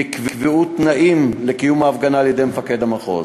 נקבעו תנאים לקיום ההפגנה על-ידי מפקד המחוז.